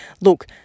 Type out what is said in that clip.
Look